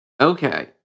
Okay